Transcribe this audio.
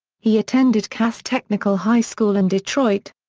he attended cass technical high school in detroit.